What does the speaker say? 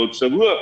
לעוד שבוע,